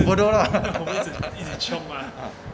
bodoh lah ah